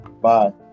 Bye